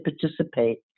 participate